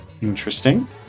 Interesting